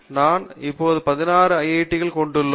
நாம் இப்போது 16 ஐஐடிகள் கொண்டுள்ளோம்